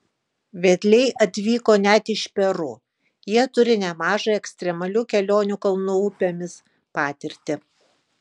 vedliai atvyko net iš peru jie turi nemažą ekstremalių kelionių kalnų upėmis patirtį